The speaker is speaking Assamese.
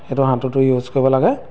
সেইটো সাঁতোৰটো ইউজ কৰিব লাগে